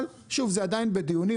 אבל שוב, זה עדיין בדיונים.